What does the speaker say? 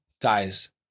dies